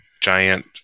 Giant